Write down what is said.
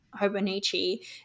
Hobonichi